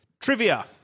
Trivia